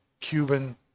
cuban